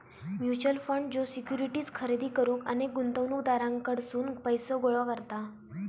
mutual fund ज्यो securities खरेदी करुक अनेक गुंतवणूकदारांकडसून पैसो गोळा करता